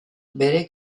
bere